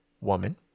woman